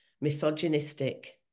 misogynistic